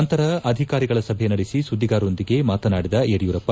ನಂತರ ಅಧಿಕಾರಿಗಳ ಸಭೆ ನಡೆಸಿ ಸುದ್ದಿಗಾರರೊಂದಿಗೆ ಮಾತನಾಡಿದ ಮುಖ್ಯಮಂತ್ರಿ ಯಡಿಯೂರಪ್ಪ